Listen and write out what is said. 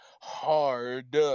hard